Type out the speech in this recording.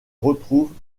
retrouvent